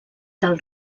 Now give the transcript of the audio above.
del